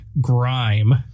grime